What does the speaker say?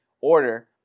order